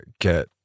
get